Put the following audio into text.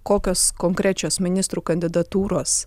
kokios konkrečios ministrų kandidatūros